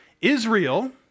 Israel